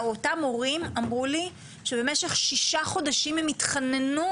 אותם הורים אמרו לי שבמשך שישה חודשים הם התחננו,